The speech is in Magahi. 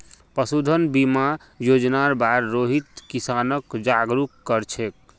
पशुधन बीमा योजनार बार रोहित किसानक जागरूक कर छेक